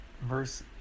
Verse